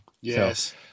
Yes